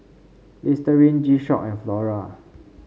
Listerine G Shock and Flora